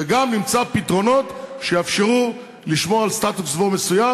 וגם נמצא פתרונות שיאפשרו לשמור על סטטוס-קוו מסוים.